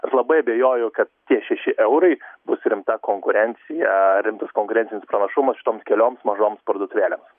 aš labai abejoju kad tie šeši eurai bus rimta konkurencija rimtas konkurencinis pranašumas šitoms kelioms mažoms parduotuvėlėms